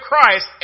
Christ